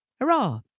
Hurrah